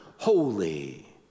Holy